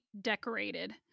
decorated